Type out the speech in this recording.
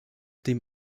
dem